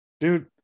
Dude